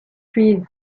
trees